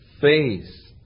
face